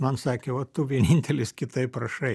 man sakė va tu vienintelis kitaip rašai